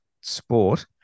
sport